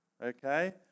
Okay